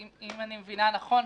אם אני מבינה נכון,